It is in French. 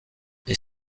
est